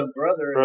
brother